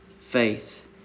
faith